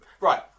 Right